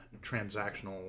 transactional